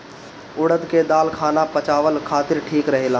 उड़द के दाल खाना पचावला खातिर ठीक रहेला